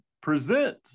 present